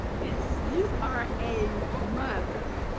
yes. you are a mother.